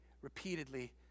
repeatedly